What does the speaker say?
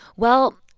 well,